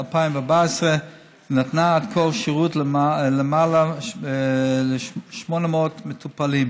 2014 ונתנה עד כה שירות ללמעלה מ-800 מטופלים